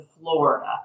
Florida